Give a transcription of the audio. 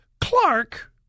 Clark